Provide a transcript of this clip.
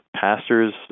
pastors